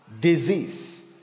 disease